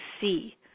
see